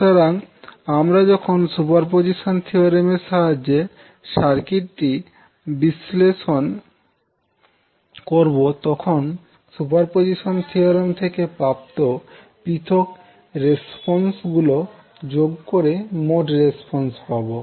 সুতরাং আমরা যখন সুপারপজিশন থিওরেম এর সাহায্যে সার্কিটটি বিশ্লেষণ করবো তখন সুপারপজিশন থিওরেম থেকে প্রাপ্ত পৃথক রেসপন্স গুলো যোগ করে মোট রেসপন্স পাবো